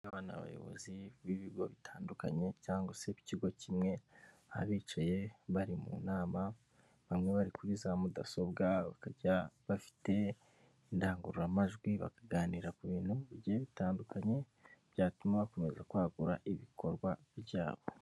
Abana ni abayobozi b'ibigo bitandukanye cyangwa se b'ikigo kimwe, abicaye bari mu nama bamwe bari kuri za mudasobwa, bakaba bafite indangururamajwi bakaganira ku bintu bigiye bitandukanye, byatuma bakomeza kwagura ibikorwa byabo.